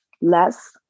less